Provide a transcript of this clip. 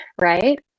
right